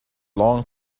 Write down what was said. long